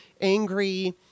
angry